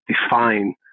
define